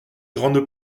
grande